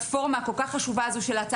בפלטפורמה הכל כך חשובה הזו של הצעת החוק הפרטית.